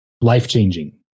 life-changing